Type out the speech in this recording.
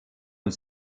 und